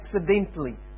accidentally